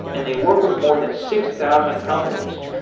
and they work with more than six thousand companies,